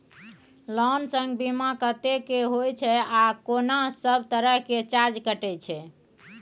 Loan संग बीमा कत्ते के होय छै आ केना सब तरह के चार्ज कटै छै?